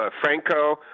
franco